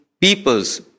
peoples